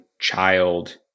child